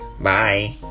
Bye